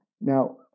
Now